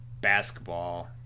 basketball